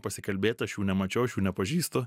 pasikalbėt aš jų nemačiau aš jų nepažįstu